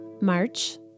March